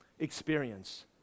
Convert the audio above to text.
experience